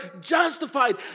justified